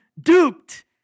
duped